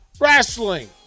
Wrestling